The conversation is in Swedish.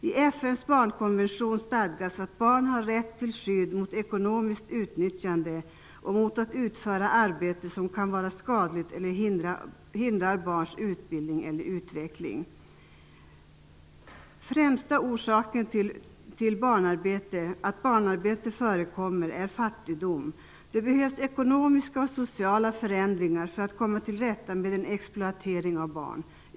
I FN:s barnkonvention stadgas att barn har rätt till skydd mot ekonomiskt utnyttjande och mot att utföra arbete som kan vara skadligt eller som hindrar barns utbildning eller utveckling. Den främsta orsaken till att barnarbete förekommer är fattigdom. Det behövs ekonomiska och sociala förändringar för att komma till rätta med exploateringen av barn.